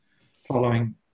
following